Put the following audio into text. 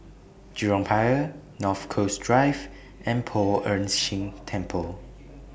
Jurong Pier North Coast Drive and Poh Ern Shih Temple